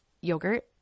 yogurt